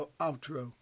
outro